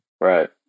Right